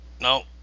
No